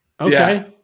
Okay